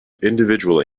individually